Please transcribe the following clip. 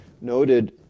noted